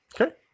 Okay